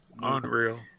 Unreal